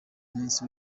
munsi